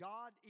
God